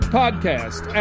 podcast